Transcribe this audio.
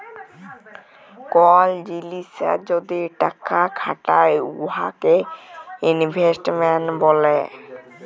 call জিলিসে যদি টাকা খাটায় উয়াকে ইলভেস্টমেল্ট ব্যলে